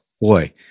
boy